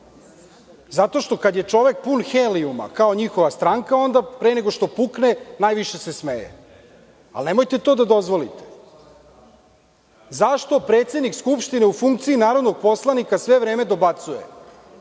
zato što kada je čovek pun helijuma kao njihova stranka onda pre nego što pukne najviše se smeje. Nemojte to da dozvolite. Zašto predsednik Skupštine u funkciji narodnog poslanika sve vreme dobacuje